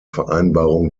vereinbarungen